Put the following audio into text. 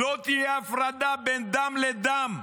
לא תהיה הפרדה בין דם לדם.